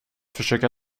försöka